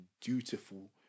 dutiful